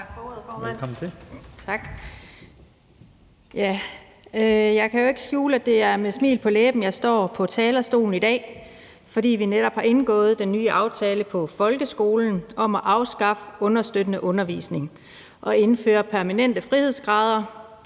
Jeg kan jo ikke skjule, at det er med et smil på læben, jeg står på talerstolen i dag, fordi vi netop har indgået den nye aftale for folkeskolen om at afskaffe understøttende undervisning og indføre permanente frihedsgrader.